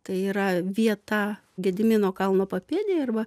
tai yra vieta gedimino kalno papėdėj arba